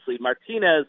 Martinez